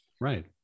Right